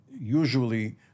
usually